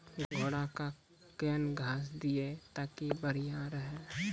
घोड़ा का केन घास दिए ताकि बढ़िया रहा?